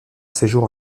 séjour